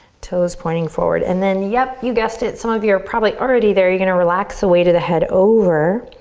toes pointing forward and then yep, you guessed it. some of you are probably already there, you're gonna relax the weight of the head over